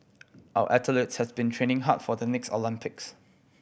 our athletes has been training hard for the next Olympics